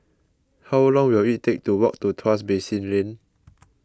how long will it take to walk to Tuas Basin Lane